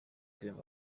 clement